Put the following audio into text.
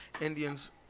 Indians